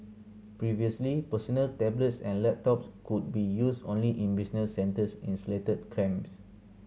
previously personal tablets and laptops could be used only in business centres in selected